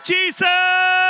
Jesus